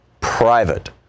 private